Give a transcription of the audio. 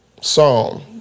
Psalm